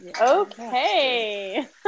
Okay